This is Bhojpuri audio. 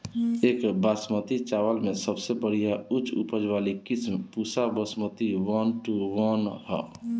एक बासमती चावल में सबसे बढ़िया उच्च उपज वाली किस्म Pusa Basmati one one two one ह?